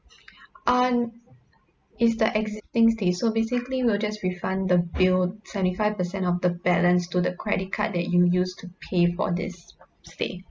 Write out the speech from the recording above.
uh it's the existing stay so basically we'll just refund the bill seventy five percent of the balance to the credit card that you used to pay for this stay